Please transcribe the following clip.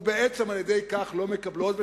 ובעצם על-ידי כך לא מקבלות.